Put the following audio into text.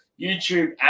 YouTube